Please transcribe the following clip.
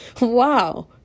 wow